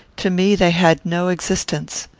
to me they had no existence.